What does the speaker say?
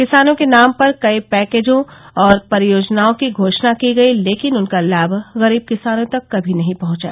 किसानों के नाम पर कई पैकेजों और परियोजनाओं की घोषणा की गई लेकिन उनका लाभ गरीब किसानों तक कभी नहीं पहंचा